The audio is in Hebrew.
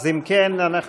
אז אם כן, אנחנו,